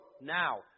now